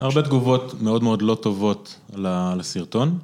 הרבה תגובות מאוד מאוד לא טובות לסרטון.